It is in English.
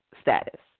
status